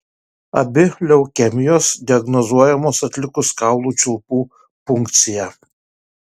abi leukemijos diagnozuojamos atlikus kaulų čiulpų punkciją